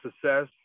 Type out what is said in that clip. success